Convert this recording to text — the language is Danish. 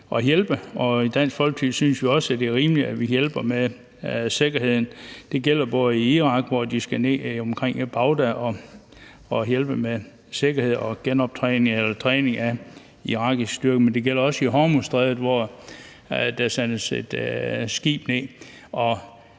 at hjælpe, og Dansk Folkeparti synes også, det er rimeligt, at vi hjælper med sikkerheden. Det gælder både i Irak, hvor de skal ned omkring Bagdad og hjælpe med sikkerhed og træning af irakiske styrker, men også i Hormuzstrædet, hvor der sendes et skib ned.